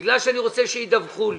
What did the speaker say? בגלל שאני רוצה שידווחו לי.